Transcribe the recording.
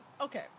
Okay